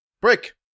break